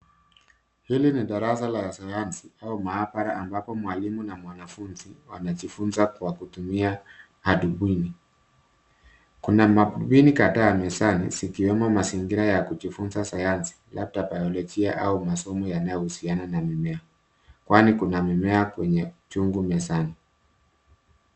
Hili ni darasa la sayansi au maabara, ambapo mwalimu na mwanafunzi wanajifunza kwa kutumia adubwini. Kuna madubwini kadhaa mezani, zikiwemo mazingira ya kujifunza sayansi, labda biolojia au masomo yanayohusiana na mimea. Kwani kuna mimea kwenye chungu mezani.